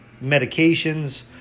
medications